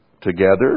Together